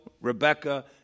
Rebecca